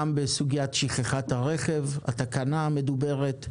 פתרונות גם בסוגיות שכחת הרכב, התקנה המדוברת,